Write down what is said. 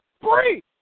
free